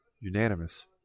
Unanimous